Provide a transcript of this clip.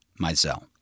Mizell